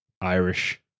Irish